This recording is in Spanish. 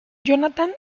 jonathan